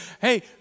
Hey